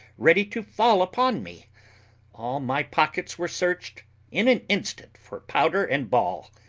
ready to fall upon me all my pockets were searched in an instant for powder and ball,